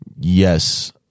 Yes